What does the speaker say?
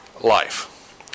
life